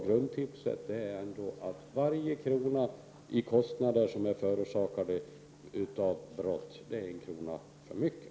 Grundtipsen är ändå att varje krona i kostnader förorsakade av brott är en krona för mycket.